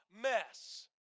mess